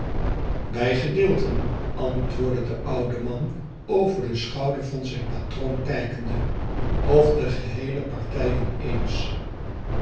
bij gedeelten antwoordde de oude man over den schouder van zijn patroon kijkende of de geheele partij in